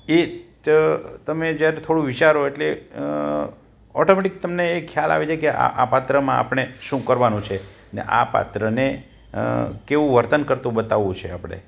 એ જ તમે જ્યારે થોડું વિચારો એટલે ઓટોમેટિક તમને એ ખ્યાલ આવી જાય કે આ આ પાત્રમાં આપણે શું કરવાનું છે અને આ પાત્રને કેવું વર્તન કરતું બતાવું છે આપણે